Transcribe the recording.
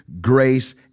grace